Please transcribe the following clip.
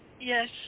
Yes